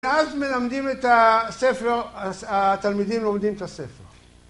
ואז מלמדים את הספר, התלמידים לומדים את הספר